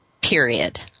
period